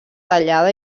tallada